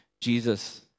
Jesus